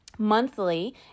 monthly